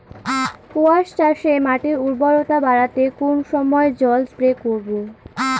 কোয়াস চাষে মাটির উর্বরতা বাড়াতে কোন সময় জল স্প্রে করব?